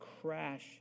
crash